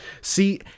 See